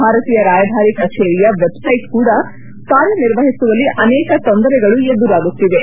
ಭಾರತೀಯ ರಾಯಭಾರಿ ಕಚೇರಿಯ ವೆಬ್ಸ್ಲೆಟ್ ಕೂಡ ಕಾರ್ಯನಿರ್ವಹಿಸುವಲ್ಲಿ ಅನೇಕ ತೊಂದರೆಗಳು ಎದುರಾಗುತ್ತಿವೆ